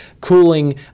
cooling